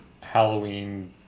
Halloween